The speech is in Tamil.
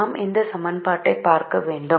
நாம் இந்த சமன்பாட்டை பார்க்க வேண்டும்